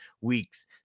weeks